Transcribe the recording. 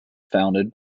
founded